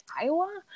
Iowa